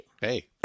hey